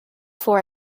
for